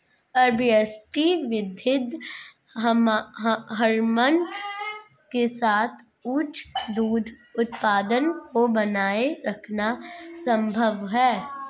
RBST वृद्धि hormone के साथ उच्च दूध उत्पादन को बनाए रखना संभव है